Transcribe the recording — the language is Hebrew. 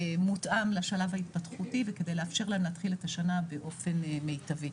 מותאם לשלב ההתפתחותי וכדי לאפשר להם להתחיל את השנה באופן מיטבי.